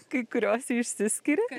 kai kuriose išsiskiria